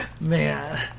Man